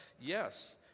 Yes